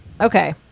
okay